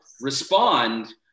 respond